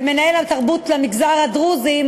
ומנהל התרבות למגזר הדרוזי,